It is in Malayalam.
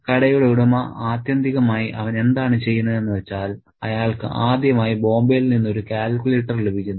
കടയുടെ ഉടമ ആത്യന്തികമായി അവൻ എന്താണ് ചെയ്യുന്നത് എന്നുവെച്ചാൽ അയാൾക്ക് ആദ്യമായി ബോംബെയിൽ നിന്ന് ഒരു കാൽക്കുലേറ്റർ ലഭിക്കുന്നു